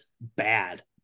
bad